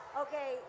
Okay